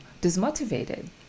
dismotivated